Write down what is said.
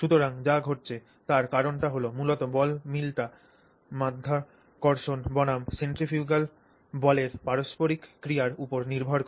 সুতরাং যা ঘটেছে তার কারণটি হল মূলত বল মিলটি মাধ্যাকর্ষণ বনাম সেন্ট্রিফুগাল বলের পারস্পরিক ক্রিয়ার উপর নির্ভর করে